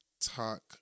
Talk